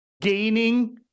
gaining